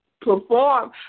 perform